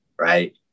right